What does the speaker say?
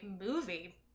movie